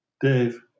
dave